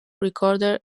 recorder